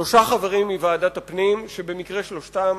שלושה חברים מוועדת הפנים, שבמקרה שלושתם